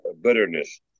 bitterness